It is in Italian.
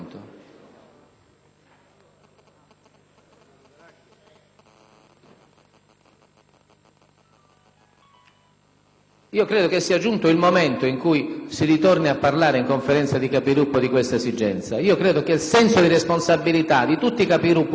Credo sia giunto il momento in cui si debba tornare a parlare in Conferenza dei Capigruppo di questa esigenza. Penso che il senso di responsabilità di tutti i Capigruppo e dei singoli senatori